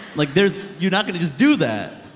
like, there's you're not going to just do that.